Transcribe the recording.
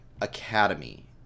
Academy